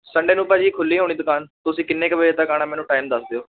Sunday ਨੂੰ ਭਾਅ ਜੀ ਖੁੱਲ੍ਹੀ ਹੋਣੀ ਦੁਕਾਨ ਤੁਸੀਂ ਕਿੰਨੇ ਕੁ ਵਜੇ ਤੱਕ ਆਉਣਾ ਮੈਨੂੰ ਟਾਈਮ ਦੱਸ ਦਿਓ